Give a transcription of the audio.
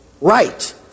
right